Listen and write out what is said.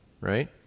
right